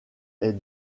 est